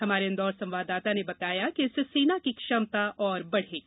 हमारे इंदौर संवाददाता ने बताया कि इससे सेना की क्षमता और बढ़ेगी